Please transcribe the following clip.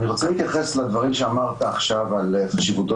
אני רוצה להתייחס לדברים שאמרת עכשיו על חשיבותו